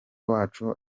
wacu